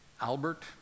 Albert